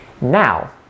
Now